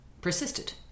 persisted